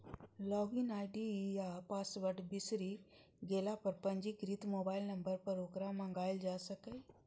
log in ID या password बिसरि गेला पर पंजीकृत मोबाइल नंबर पर ओकरा मंगाएल जा सकैए